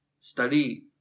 study